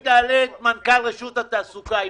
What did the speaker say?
אדוני, תעלו את מנכ"ל רשות התעסוקה.